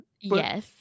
yes